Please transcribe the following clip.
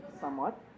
somewhat